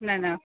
न न